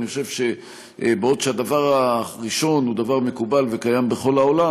אני חושב שבעוד הדבר הראשון הוא דבר מקובל וקיים בכל העולם,